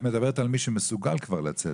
את מדברת על מי שמסוגל כבר לצאת.